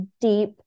deep